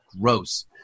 Gross